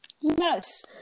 yes